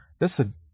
listen